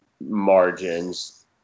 margins